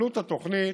עלות התוכנית,